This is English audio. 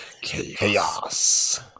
chaos